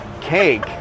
cake